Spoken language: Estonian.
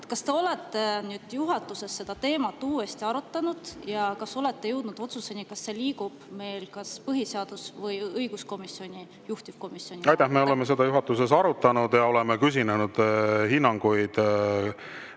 Kas te olete juhatuses seda teemat uuesti arutanud ja kas olete jõudnud otsuseni, kas see [eelnõu] liigub põhiseadus‑ või õiguskomisjoni? Kumb on juhtivkomisjon? Aitäh! Me oleme seda juhatuses arutanud. Oleme küsinud hinnanguid